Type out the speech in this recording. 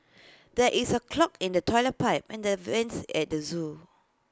there is A clog in the Toilet Pipe and the vents at the Zoo